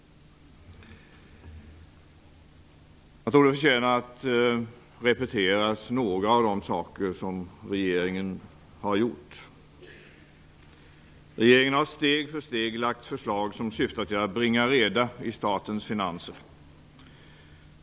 Jag tror att några av de saker som regeringen har gjort förtjänar att repeteras. Regeringen har steg för steg lagt fram förslag som syftar till att bringa reda i statens finanser.